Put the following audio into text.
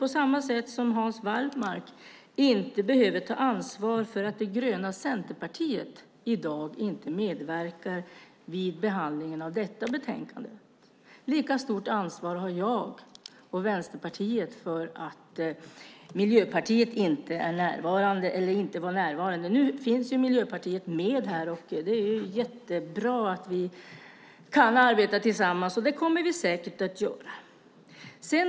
På samma sätt som Hans Wallmark inte behöver ta ansvar för att det gröna Centerpartiet i dag inte medverkar vid behandlingen av detta betänkande behöver inte jag och Vänsterpartiet ta ansvar för att Miljöpartiet inte var närvarande. Nu finns Miljöpartiet med här, och det är bra att vi kan arbeta tillsammans, och det kommer vi säkert att göra.